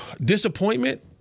Disappointment